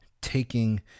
Taking